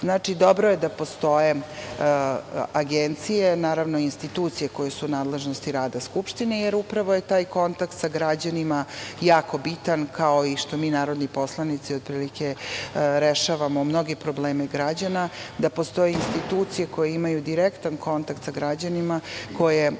dobro je da postoje agencije i institucije koje su u nadležnosti rada Skupštine, jer upravo je taj kontakt sa građanima, jako bitan, kao što i mi narodni poslanici rešavamo mnoge probleme građana, da postoje institucije koje imaju direktan kontakt sa građanima, koje